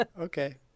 Okay